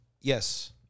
Yes